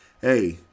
hey